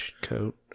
coat